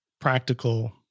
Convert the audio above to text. practical